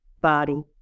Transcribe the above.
body